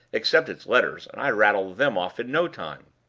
except it's letters and i rattle them off in no time.